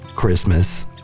Christmas